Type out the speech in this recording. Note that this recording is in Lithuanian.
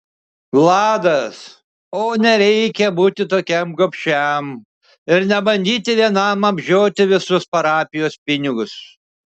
vladas o nereikia būti tokiam gobšiam ir nebandyti vienam apžioti visus parapijos pinigus